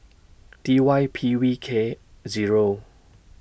D Y P V K Zero